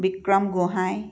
Vikram Gohain